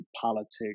politics